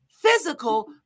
physical